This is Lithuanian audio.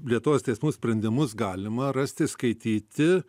lietuvos teismų sprendimus galima rasti skaityti